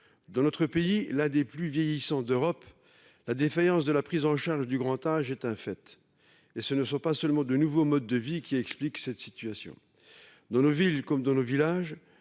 Dans notre pays, l’un des plus vieillissants d’Europe, la défaillance de la prise en charge du grand âge est un fait. Et ce ne sont pas seulement les nouveaux modes de vie qui expliquent cette situation. Dans nos villes comme dans nos villages,